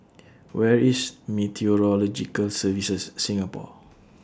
Where IS Meteorological Services Singapore